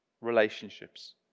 relationships